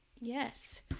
Yes